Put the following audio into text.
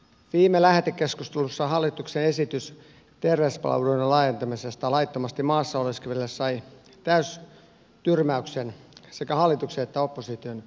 viime lähetekeskustelussa hallituksen esitys terveyspalveluiden laajentamisesta laittomasti maassa oleskeleville sai täystyrmäyksen sekä hallituksen että opposition kansanedustajilta